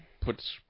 puts